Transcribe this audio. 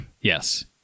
Yes